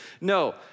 No